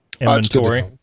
inventory